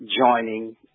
joining